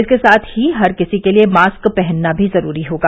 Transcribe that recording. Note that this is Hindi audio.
इसके साथ ही हर किसी के लिए मास्क पहनना भी जरूरी होगा